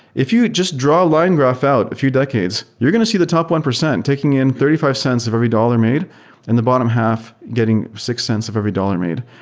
if you just draw a line graph out a few decades, you're going to see the top one percent taking in thirty five cents of every dollar made and the bottom half getting six cents of every dollar made.